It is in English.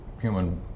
human